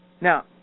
Now